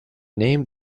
name